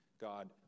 God